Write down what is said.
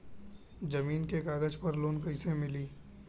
जमीन के कागज पर लोन कइसे मिली?